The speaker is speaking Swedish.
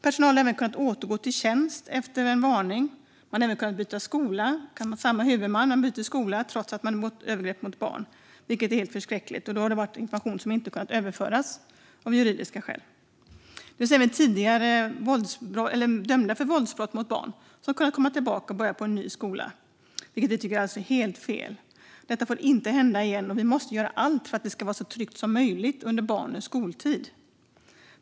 Personal har även kunnat återgå i tjänst efter varning och har även, trots att man har begått övergrepp mot barn, kunnat byta till en annan skola med samma huvudman, vilket är helt förskräckligt. Det har berott på att information av juridiska skäl inte har kunnat överföras. Det finns även fall där tidigare dömda för våldsbrott mot barn har kunnat komma tillbaka och har börjat jobba på en ny skola, vilket vi tycker är helt fel. Detta får inte hända igen, och vi måste göra allt för att det ska vara så tryggt som möjligt under barnens skoltid.